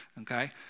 Okay